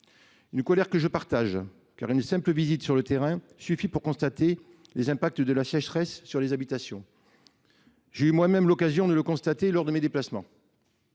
Une colère que je partage, car une simple visite sur le terrain suffit pour constater les impacts de la sécheresse sur les habitations. J’ai eu moi-même l’occasion de le constater lors de mes déplacements.